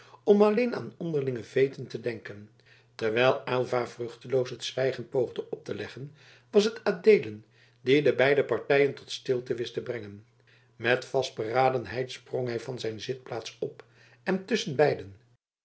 om alleen aan onderlinge veeten te denken terwijl aylva vruchteloos het zwijgen poogde op te leggen was het adeelen die de beide partijen tot stilte wist te brengen met vastberadenheid sprong hij van zijn zitplaats op en tusschen beiden